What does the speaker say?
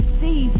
see